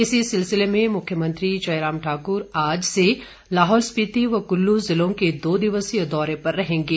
इसी सिलसिले में मुख्यमंत्री जयराम ठाकुर आज से लाहौल स्पिति व कुल्लू जिलों के दो दिवसीय दौरे पर रहेंगे